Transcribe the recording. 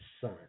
son